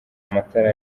amatara